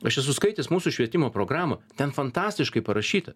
aš esu skaitęs mūsų švietimo programą ten fantastiškai parašyta